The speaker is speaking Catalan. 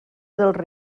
dels